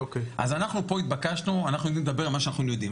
אנחנו יודעים לדבר על מה שאנחנו יודעים.